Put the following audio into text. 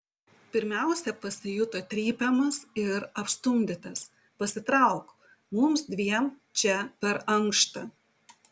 pirmiausia pasijuto trypiamas ir apstumdytas pasitrauk mums dviem čia per ankšta